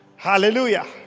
hallelujah